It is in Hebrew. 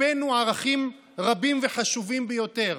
הקפאנו ערכים רבים וחשובים ביותר